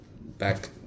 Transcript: Back